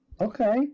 okay